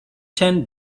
ten